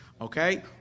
Okay